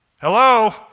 Hello